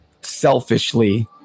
selfishly